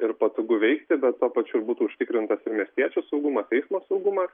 ir patogu veikti bet tuo pačiu ir būtų užtikrintas ir miestiečių saugumas eismo saugumas